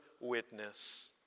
witness